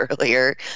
earlier